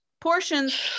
portions